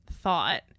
thought